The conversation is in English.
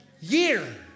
year